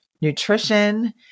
nutrition